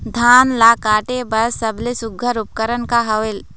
धान ला काटे बर सबले सुघ्घर उपकरण का हवए?